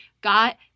got